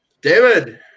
David